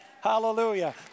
Hallelujah